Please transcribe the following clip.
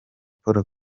paul